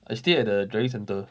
I stay at the driving centre